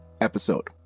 episode